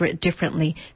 differently